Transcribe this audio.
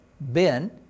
Ben